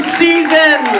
season